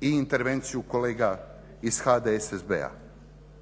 i intervenciju kolega iz HDSSB-a.